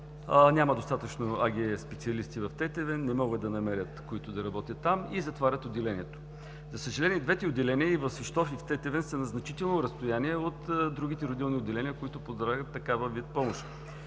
няма достатъчно АГ-специалисти в Тетевен, които да работят там, и затварят отделението. За съжаление двете отделения – в Свищов и в Тетевен, са на значително разстояние от другите родилни отделения, които предлагат такъв вид помощ.